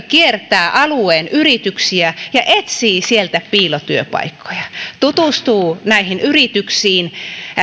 kiertää alueen yrityksiä ja etsii sieltä piilotyöpaikkoja tutustuu näihin yrityksiin